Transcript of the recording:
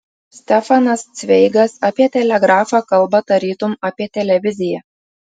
stefanas cveigas apie telegrafą kalba tarytum apie televiziją